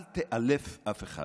אל תאלף אף אחד.